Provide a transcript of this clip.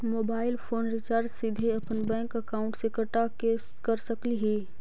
Mobile phone recharge सीधे अपन bank account से कटा के कर सकली ही?